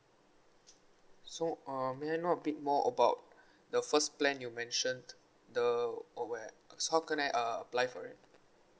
so uh may I know a bit more about the first plan you mentioned the uh where so how can I uh apply for it